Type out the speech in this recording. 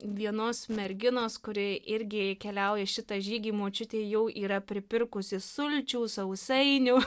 vienos merginos kuri irgi keliauja šitą žygį močiutė jau yra pripirkusi sulčių sausainių